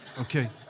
Okay